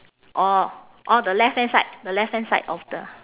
orh on the left hand side the left hand side of the